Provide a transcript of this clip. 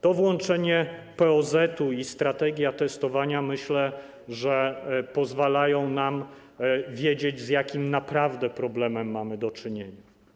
To włączenie POZ-etu i strategia testowania, myślę, pozwalają nam wiedzieć, z jakim naprawdę problemem mamy do czynienia.